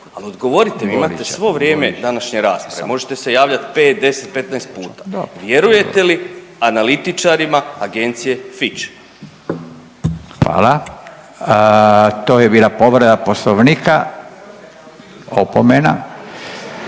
Ali odgovorite mi, imate svo vrijeme današnje rasprave. Možete se javljati 5, 10, 15 puta. Vjerujete li analitičarima Agencije Fitch? **Radin, Furio (Nezavisni)** Hvala. To je bila povreda Poslovnika, opomena.